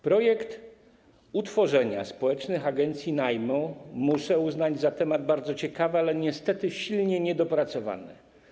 Projekt utworzenia społecznych agencji najmu muszę uznać za bardzo ciekawy, ale niestety silnie niedopracowany.